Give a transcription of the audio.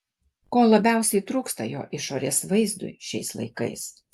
ko labiausiai trūksta jo išorės vaizdui šiais laikais